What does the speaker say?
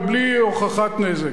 ובלי הוכחת נזק,